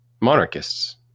monarchists